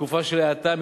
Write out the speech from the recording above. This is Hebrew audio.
בתקופות של האטה,